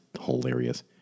hilarious